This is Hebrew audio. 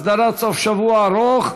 הסדרת סוף שבוע ארוך),